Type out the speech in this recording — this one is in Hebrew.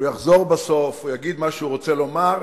הוא יחזור בסוף, הוא יגיד מה שהוא רוצה לומר.